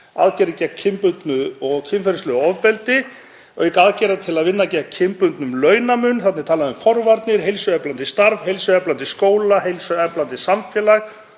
aðgerðir gegn kynbundnu og kynferðislegu ofbeldi, auk aðgerða til að vinna gegn kynbundnum launamun. Þarna er talað um forvarnir, heilsueflandi starf, heilsueflandi skóla, heilsueflandi samfélag